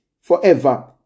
forever